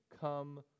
come